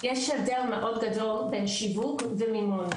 יש הבדל מאוד גדול בין שיווק ומימון,